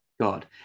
God